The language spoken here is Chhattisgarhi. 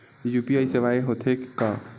यू.पी.आई सेवाएं हो थे का?